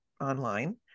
online